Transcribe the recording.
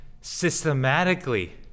systematically